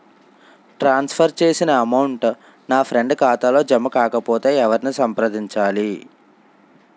ట్రాన్స్ for చేసిన amount నా friend ఖాతాలో జమ కాకపొతే ఎవరిని సంప్రదించాలి?